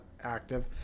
active